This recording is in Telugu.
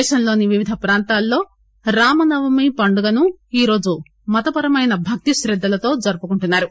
దేశంలోని వివిధ ప్రాంతాల్లో రామ నవమి పండుగను ఈరోజు మత పరమైన భక్తిశ్రద్దలతో జరుపుకుంటున్నారు